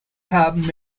have